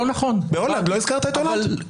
זאת אומרת,